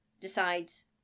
decides